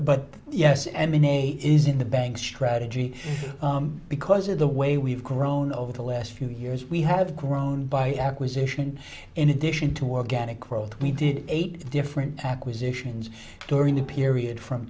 b'nai is in the bank strategy because of the way we've grown over the last few years we have grown by acquisition in addition to organic growth we did eight different acquisitions during the period from